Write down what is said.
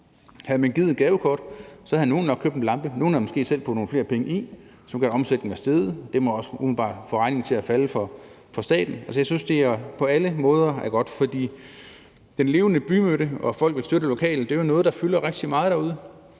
Havde man givet et gavekort, havde nogle nok købt en lampe, og nogle havde måske selv puttet nogle flere penge i, som ville gøre, at omsætningen var steget. Det må også umiddelbart få regningen til at falde for staten. Altså, jeg synes, det på alle måder er godt, for den levende bymidte, og at folk vil støtte det lokale, er noget, der fylder rigtig meget derude.